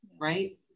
right